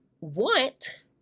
want